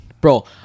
Bro